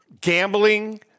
gambling